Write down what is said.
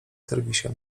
serwisie